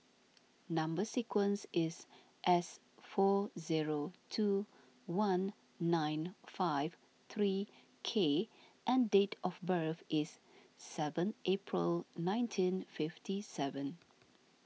Number Sequence is S four zero two one nine five three K and date of birth is seven April nineteen fifty seven